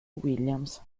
williams